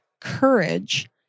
courage